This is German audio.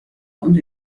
und